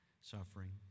suffering